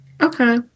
Okay